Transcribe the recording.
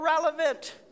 irrelevant